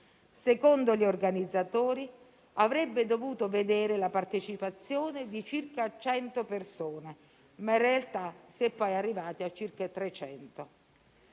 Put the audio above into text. Secondo gli organizzatori, avrebbe dovuto vedere la partecipazione di circa 100 persone, ma in realtà si è poi arrivati a circa 300.